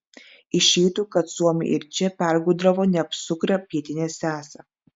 išeitų kad suomiai ir čia pergudravo neapsukrią pietinę sesę